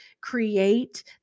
create